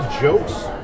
jokes